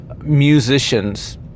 musicians